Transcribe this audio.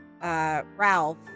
Ralph